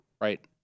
Right